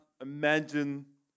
imagine